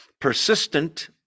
persistent